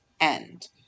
end